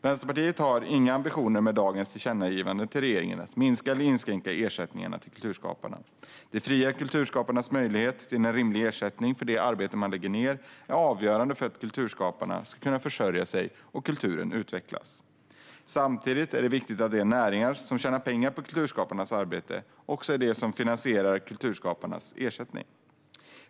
Vänsterpartiet har med dagens tillkännagivande till regeringen inga ambitioner att minska eller inskränka ersättningarna till kulturskaparna. De fria kulturskaparnas möjlighet till en rimlig ersättning för det arbete de lägger ned är avgörande för att de ska kunna försörja sig och kulturen utvecklas. Samtidigt är det viktigt att de näringar som tjänar pengar på kulturskaparnas arbete också är de som finansieringar kulturskaparnas ersättning.